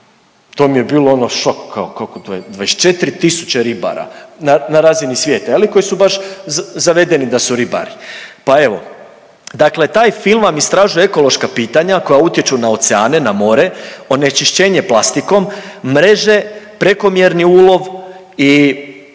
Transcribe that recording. to mi je bilo ono šok kao kako 24 tisuće ribara na, na razini svijeta je li koji su baš zavedeni da su ribari, pa evo. Dakle, taj film vam istražuje ekološka pitanja koja utječu na oceane, na more, onečišćenje plastikom, mreže, prekomjerni ulov i,